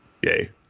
Yay